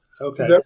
Okay